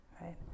right